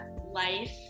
life